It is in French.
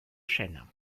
chênes